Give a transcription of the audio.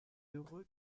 heureux